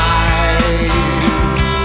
eyes